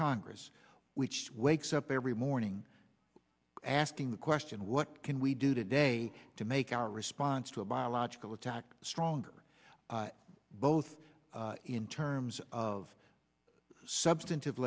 congress which wakes up every morning asking the question what can we do today to make our response to a biological attack stronger both in terms of substantive